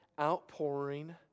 outpouring